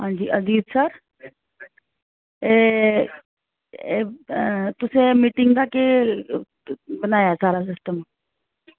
हां जी अजीत सर एह् एह् तुसें मीटिंग दा केह् बनाया सारा सिस्टम